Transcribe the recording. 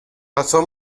pasó